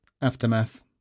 aftermath